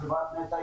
בחברת נת"ע,